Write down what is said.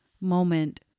moment